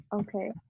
Okay